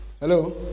Hello